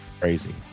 Crazy